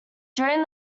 during